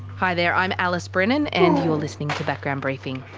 hi there, i'm alice brennan, and you're listening to background briefing.